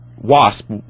wasp